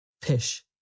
Pish